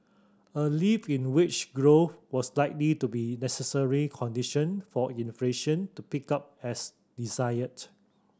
a lift in wage growth was likely to be a necessary condition for inflation to pick up as desired